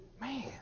man